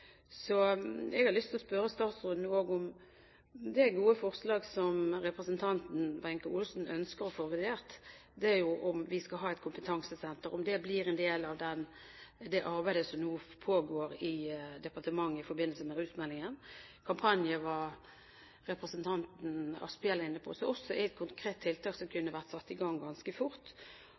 Så jeg har lyst til å spørre statsråden om det gode forslag som representanten Wenche Olsen ønsker å få vurdert – om vi skal ha et kompetansesenter – blir en del av det arbeidet som nå pågår i departementet i forbindelse med rusmeldingen. Representanten Asphjell var inne på kampanjer, som også er et konkret tiltak som kunne vært satt i gang ganske fort.